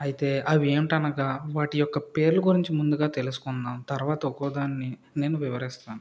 అయితే అవి ఏంటి అనగా వాటి యొక్క పేర్లు గురించి ముందుగా తెలుసుకుందాం తర్వాత ఒక్కో దాన్ని నేను వివరిస్తాను